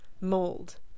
mold